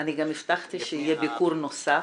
אני גם הבטחתי שיהיה ביקור נוסף,